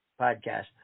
podcast